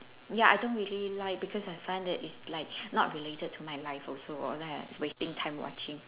ya I don't really like because I find that it's like not related to my life also all that is wasting time watching